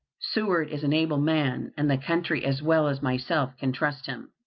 seward is an able man, and the country as well as myself can trust him.